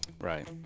Right